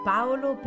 Paolo